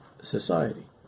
Society